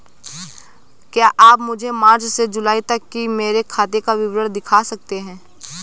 क्या आप मुझे मार्च से जूलाई तक की मेरे खाता का विवरण दिखा सकते हैं?